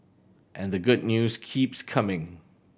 and the good news keeps coming